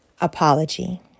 apology